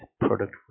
product